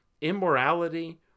immorality